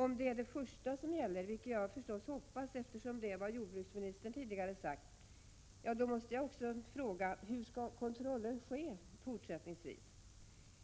Om det är det första som gäller, vilket jag förstås hoppas eftersom detta är vad jordbruksministern tidigare har sagt, måste jag också fråga hur kontrollen fortsättningsvis